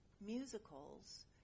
musicals